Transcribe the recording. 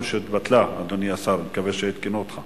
אני קובע שההצעות לסדר-היום תועברנה לדיון בוועדת הפנים והגנת